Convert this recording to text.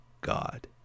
God